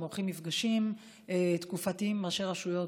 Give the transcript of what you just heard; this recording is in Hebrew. עורכים מפגשים תקופתיים עם ראשי רשויות,